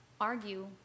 argue